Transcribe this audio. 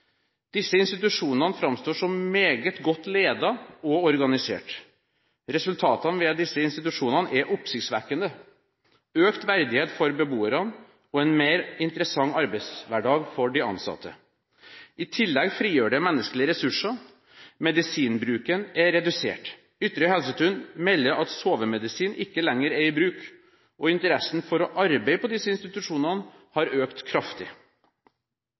Disse institusjonene framstår som meget godt ledet og organisert. Resultatene ved disse institusjonene er oppsiktsvekkende, med økt verdighet for beboere og en mer interessant arbeidshverdag for de ansatte. I tillegg frigjør det menneskelige ressurser. Medisinbruken er redusert. Ytterøy Helsetun melder at sovemedisin ikke lenger er i bruk. Interessen for å arbeide på disse institusjonene har økt kraftig.